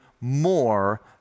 more